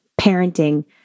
parenting